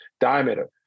diameter